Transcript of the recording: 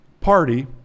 party